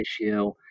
issue